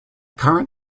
current